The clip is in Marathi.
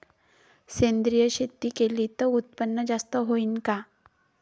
सेंद्रिय शेती केली त उत्पन्न जास्त होईन का?